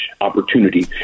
opportunity